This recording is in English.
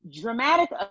dramatic